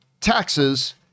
taxes